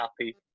happy